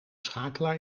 schakelaar